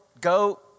go